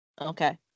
Okay